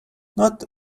not